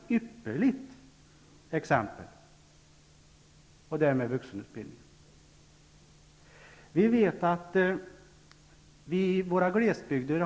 Vi vet att vi med nationella mått har en genomsnittligt lägre utbildningsnivå i våra glesbygder.